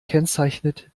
kennzeichnet